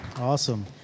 Awesome